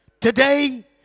Today